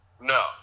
No